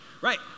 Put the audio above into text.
Right